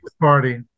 party